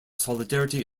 solidarity